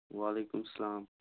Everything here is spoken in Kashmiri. وعلیکُم اسَلام